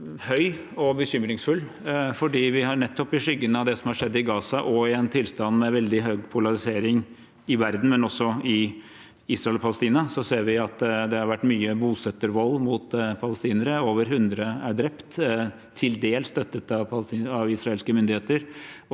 som høy og bekymringsfull, for vi ser – nettopp i skyggen av det som har skjedd i Gaza, og i en tilstand med veldig høy polarisering i verden, men også i Israel og Palestina – at det har vært mye bosettervold mot palestinere. Over 100 er drept, til dels med støtte av israelske myndigheter